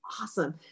awesome